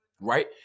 right